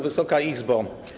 Wysoka Izbo!